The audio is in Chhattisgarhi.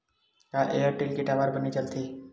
का एयरटेल के टावर बने चलथे?